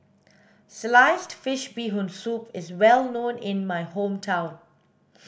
sliced fish bee hoon soup is well known in my hometown